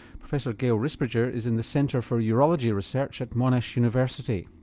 professor gail risbridger is in the centre for urology research at monash university.